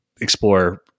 explore